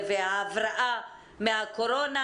ההבראה מהקורונה